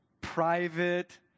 private